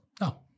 No